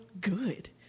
good